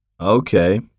Okay